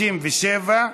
57,